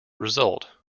result